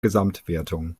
gesamtwertung